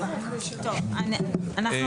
אנחנו